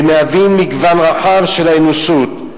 ומהווים מגוון רחב של האנושות.